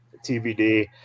TBD